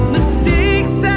Mistakes